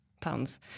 pounds